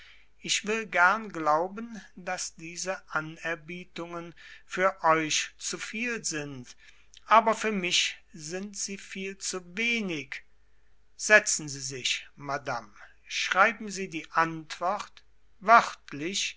ich will gern glauben daß diese anerbietungen für euch zu viel sind aber für mich sind sie viel zu wenig setzen sie sich madame schreiben sie die antwort